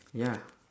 ya